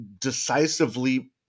decisively